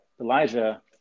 Elijah